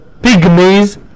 Pygmies